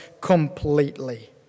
completely